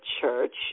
church